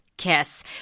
kiss